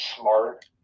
smart